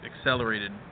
accelerated